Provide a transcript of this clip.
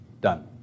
done